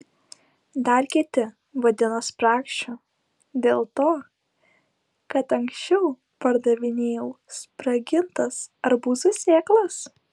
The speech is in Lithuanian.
dar kiti vadina spragšiu dėl to kad anksčiau pardavinėjau spragintas arbūzų sėklas